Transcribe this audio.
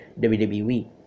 wwe